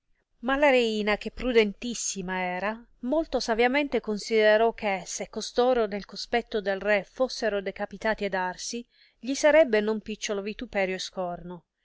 ma la reina che prudentissima era molto saviamente considerò che se costoro nel cospetto del re fossero decapitati ed arsi gli sarebbe non picciolo vituperio e scorno